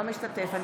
לא משתתף.